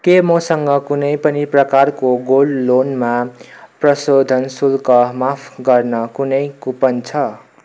के मसँग कुनै पनि प्रकारको गोल्ड लोनमा प्रशोधन शुल्क माफ गर्न कुनै कुपन छ